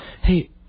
Hey